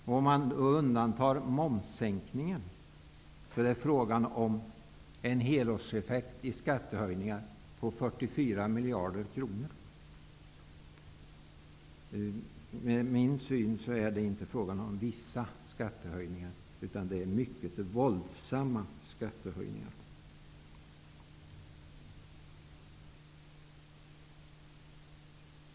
Om man undantar momssänkningen är det fråga om en helårseffekt i skattehöjningar på 44 miljarder kronor. Med min syn är det inte fråga om ''vissa skattehöjningar'', utan det är mycket våldsamma skattehöjningar.